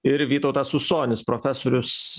ir vytautas usonis profesorius